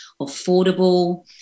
affordable